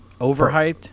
Overhyped